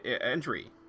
entry